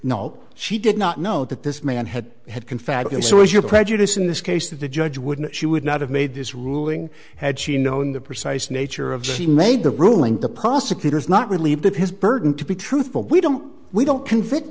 know she did not know that this man had had confabulate so as your prejudice in this case the judge wouldn't she would not have made this ruling had she known the precise nature of she made the ruling the prosecutors not relieved of his burden to be truthful we don't we don't convict